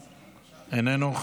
איננו,